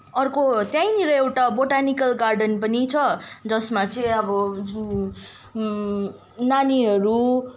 अर्को त्यहीँनिर एउटा बोटानिकल गार्डन पनि छ जसमा चाहिँ अब नानीहरू